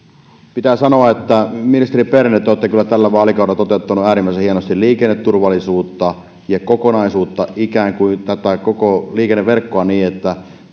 pitää sanoa että ministeri berner te te olette kyllä tällä vaalikaudella toteuttanut äärimmäisen hienosti liikenneturvallisuutta ja kokonaisuutta ikään kuin tätä koko liikenneverkkoa niin että